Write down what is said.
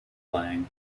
playing